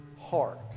heart